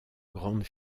grande